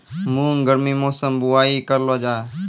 मूंग गर्मी मौसम बुवाई करलो जा?